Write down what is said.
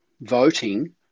voting